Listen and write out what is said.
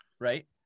Right